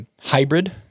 hybrid